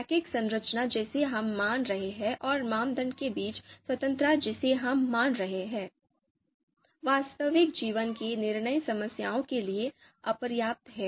रैखिक संरचना जिसे हम मान रहे हैं और मानदंड के बीच स्वतंत्रता जिसे हम मान रहे हैं वास्तविक जीवन की निर्णय समस्याओं के लिए अपर्याप्त है